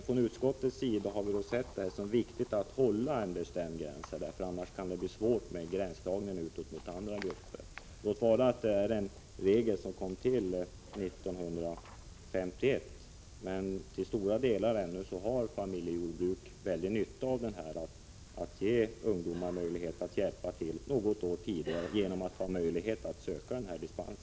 Från utskottets sida har vi emellertid sett det som viktigt att hålla en bestämd gräns, därför att det annars kan bli svårt med gränsdragningen gentemot andra grupper. Låt vara att regeln kom till 1951, men till stora delar har familjejordbruket ännu mycket stor nytta av att ungdomar har möjlighet att hjälpa till något år tidigare genom denna dispens.